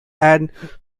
and